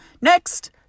Next